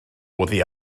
oddi